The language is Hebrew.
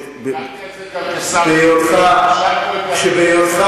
הגנתי על זה גם כשר